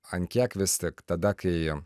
ant kiek vis tik tada kai